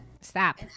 Stop